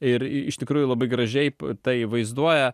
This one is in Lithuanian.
ir iš tikrųjų labai gražiai tai vaizduoja